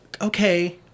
Okay